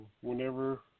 whenever